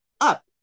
up